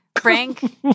Frank